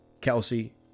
Kelsey